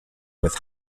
with